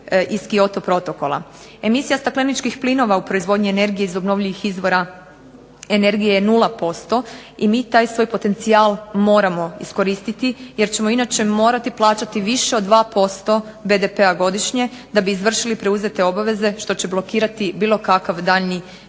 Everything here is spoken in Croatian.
Kyoto protokola. Emisija stakleničkih plinova u proizvodnji energije iz obnovljivih izvora energije je 0%, i mi taj svoj potencijal moramo iskoristiti, jer ćemo inače morati plaćati više od 2% BDP-a godišnje, da bi izvršili preuzete obveze što će blokirati bilo kakav daljnji gospodarski